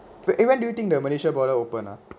even do you think the malaysia border open ah